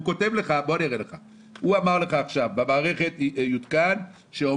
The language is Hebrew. הוא אמר לך עכשיו: במערכת יותקן סימון שזה